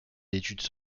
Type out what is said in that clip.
d’études